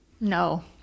No